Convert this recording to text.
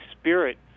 Spirit